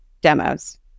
demos